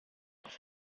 oes